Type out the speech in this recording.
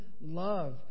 love